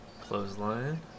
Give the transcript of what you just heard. Clothesline